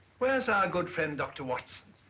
where is our good friend dr. watson?